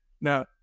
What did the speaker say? Now